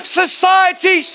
society